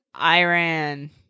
Iran